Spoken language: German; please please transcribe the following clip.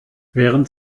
während